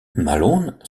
malone